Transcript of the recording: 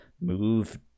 move